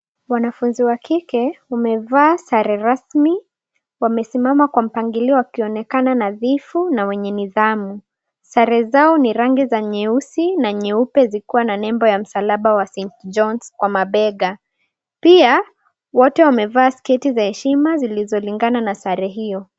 Wanafunzi wa kike wamevaa sare rasmi na wamesimama kwa mpangilio unaoonekana na wenye nidhamu. Sare zao ni za rangi nyeusi na nyeupe, zikiwa na nembo ya msalaba wa St. John kwenye mabega. Pia, wamevaa sketi za heshima zinazolingana na sare hiyo